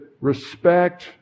respect